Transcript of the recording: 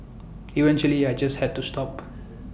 eventually I just had to stop